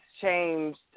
changed